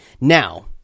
Now